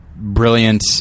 brilliant